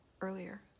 earlier